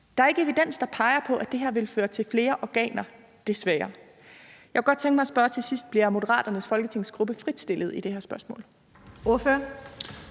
Der er ikke evidens, der peger på, at det her vil føre til flere organer, desværre. Jeg kunne godt tænke mig at spørge til sidst: Bliver Moderaternes folketingsgruppe fritstillet i det her spørgsmål?